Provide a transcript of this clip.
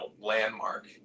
landmark